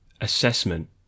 assessment